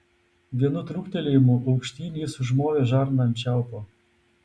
vienu trūktelėjimu aukštyn jis užmovė žarną ant čiaupo